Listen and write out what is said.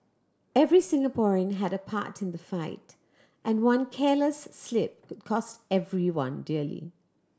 every Singaporean had a part in the fight and one careless slip could cost everyone dearly